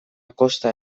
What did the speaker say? kosta